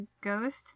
ghost